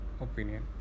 opinion